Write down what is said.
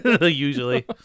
Usually